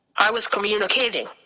i was communicating.